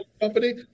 Company